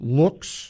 looks